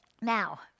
Now